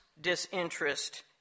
disinterest